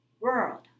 world